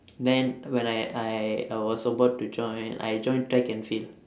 then when I I I was about to join I join track and field